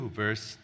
verse